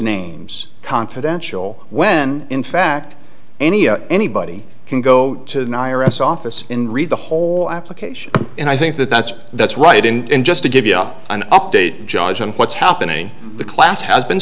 names confidential when in fact any anybody can go to the i r s office in read the whole application and i think that that's that's right and just to give you up an update judge on what's happening the class has been